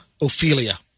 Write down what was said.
Ophelia